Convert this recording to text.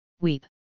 weep